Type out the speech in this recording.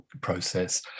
process